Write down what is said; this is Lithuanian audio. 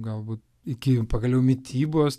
galbūt iki pagaliau mitybos